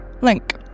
link